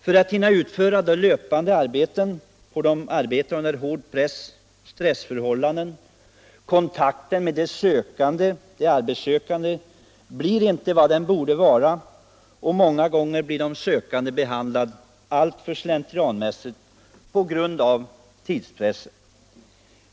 För att hinna utföra det löpande arbetet får takten med de arbetssökande blir inte vad den borde vara, och många Fredagen den gånger behandlas de sökande alltför slentrianmässigt på grund av 2 april 1976 tidspressen.